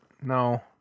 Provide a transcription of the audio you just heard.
No